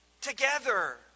together